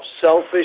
selfish